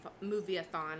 Movie-a-thon